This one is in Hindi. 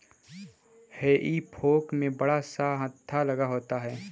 हेई फोक में बड़ा सा हत्था लगा होता है